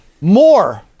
more